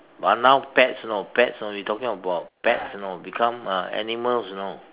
but now pets you know pets you know we talking about pets you know become uh animals you know